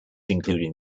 included